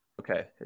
Okay